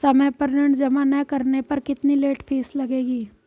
समय पर ऋण जमा न करने पर कितनी लेट फीस लगेगी?